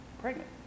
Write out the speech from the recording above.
pregnant